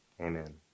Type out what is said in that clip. amen